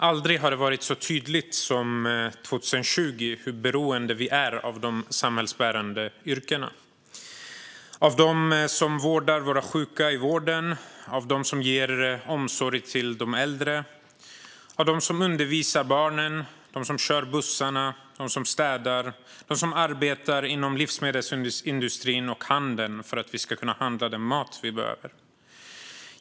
Aldrig har det varit så tydligt som 2020 hur beroende vi är av de samhällsbärande yrkena - av dem som vårdar våra sjuka i vården, ger omsorg till de äldre, undervisar barnen, kör bussarna, städar eller arbetar inom livsmedelsindustrin och handeln för att vi ska kunna handla den mat vi behöver.